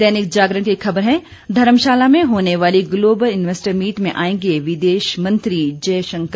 दैनिक जागरण की एक खबर है धर्मशाला में होने वाली ग्लोबल इन्वेस्टर मीट में आएंगे विदेश मंत्री जयशंकर